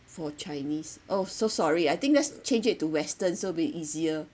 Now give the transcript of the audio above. for chinese oh so sorry I think lets change it to western so it'll be easier